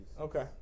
Okay